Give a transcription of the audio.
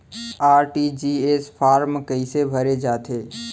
RTGS form कइसे भरे जाथे?